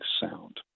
sound